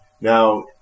Now